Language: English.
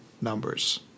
numbers